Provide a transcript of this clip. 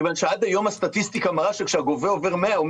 מכיוון שעד היום הסטטיסטיקה מראה שכשהגובה אומר 100,